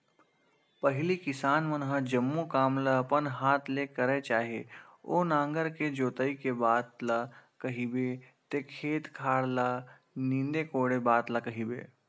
पहिली किसान मन ह जम्मो काम ल अपन हात ले करय चाहे ओ नांगर के जोतई के बात ल कहिबे ते खेत खार ल नींदे कोड़े बात ल कहिबे